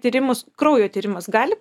tyrimus kraujo tyrimas gali